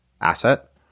asset